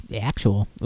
actual